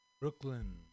Brooklyn